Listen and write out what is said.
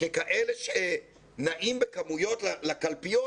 ככאלה שנעים בכמויות לקלפיות,